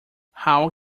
how